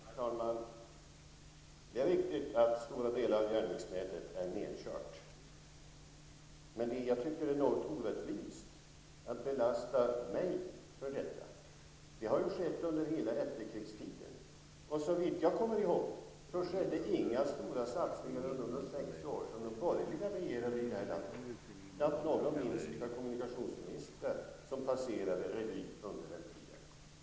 Herr talman! Det är riktigt att stora delar av järnvägsnätet är nedkört, men jag tycker att det är något orättvist att belasta mig för detta. Detta har uppkommit under hela efterkrigstiden. Såvitt jag kommer ihåg gjordes det inga stora satsningar under de sex år som de borgerliga regerade i det här landet.